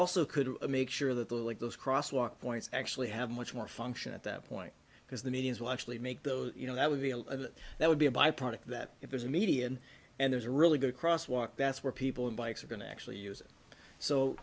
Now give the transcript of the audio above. also could make sure that those like those cross walk points actually have much more function at that point because the meetings will actually make those you know that would be a that would be a byproduct that if there's a median and there's a really good cross walk that's where people in bikes are going to actually use it so